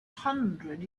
hundred